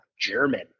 german